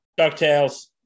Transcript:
DuckTales